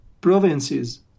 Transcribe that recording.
provinces